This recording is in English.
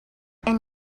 and